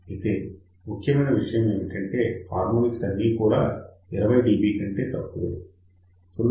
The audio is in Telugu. అయితే ముఖ్యమైన విషయం ఏమిటంటే హార్మోనిక్స్ అన్నీ కూడా 20 dB కంటే తక్కువే